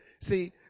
see